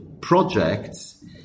projects